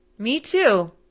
me too,